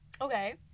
okay